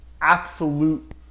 absolute